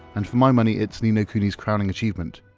and for my money, it's ni no kuni's crowning achievement.